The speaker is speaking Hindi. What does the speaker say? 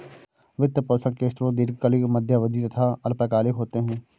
वित्त पोषण के स्रोत दीर्घकालिक, मध्य अवधी तथा अल्पकालिक होते हैं